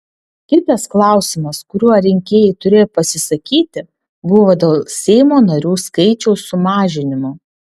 kitas klausimas kuriuo rinkėjai turėjo pasisakyti buvo dėl seimo narių skaičiaus sumažinimo